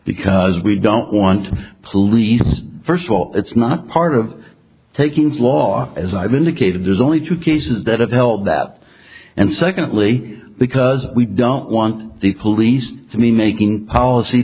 because we don't want police first of all it's not part of takings law as i've indicated there's only two cases that have helped and secondly because we don't want the police to me making policy